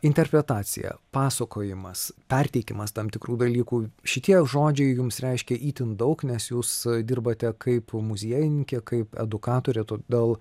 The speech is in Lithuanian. interpretacija pasakojimas perteikimas tam tikrų dalykų šitie žodžiai jums reiškia itin daug nes jūs dirbate kaip muziejininkė kaip edukatorė todėl